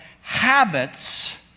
habits